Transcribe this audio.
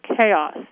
chaos